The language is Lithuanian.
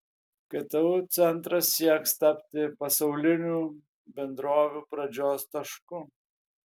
ktu centras sieks tapti pasaulinių bendrovių pradžios tašku